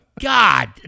God